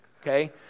okay